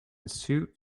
suit